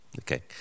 Okay